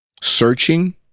searching